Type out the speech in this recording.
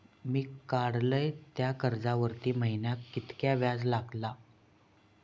मी काडलय त्या कर्जावरती महिन्याक कीतक्या व्याज लागला?